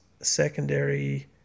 secondary